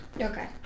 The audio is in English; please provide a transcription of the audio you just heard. Okay